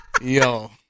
Yo